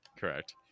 Correct